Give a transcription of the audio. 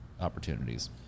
opportunities